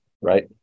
right